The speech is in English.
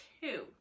two